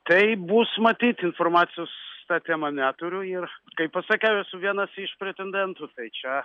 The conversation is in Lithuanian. tai bus matyti informacijos ta tema neturiu ir kai pasakiau esu vienas iš pretendentų tai čia